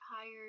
tired